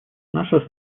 наша